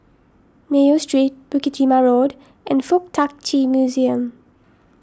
Mayo Street Bukit Timah Road and Fuk Tak Chi Museum